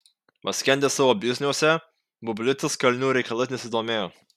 paskendęs savo bizniuose bublicas kalinių reikalais nesidomėjo